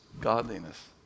godliness